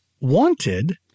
wanted